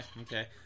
okay